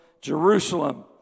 Jerusalem